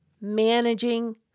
managing